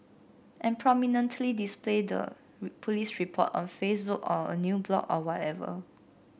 and prominently display the police report on Facebook or a new blog or wherever